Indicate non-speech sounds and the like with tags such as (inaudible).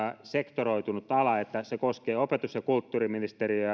sektoroitunut ala että se koskee opetus ja kulttuuriministeriötä (unintelligible)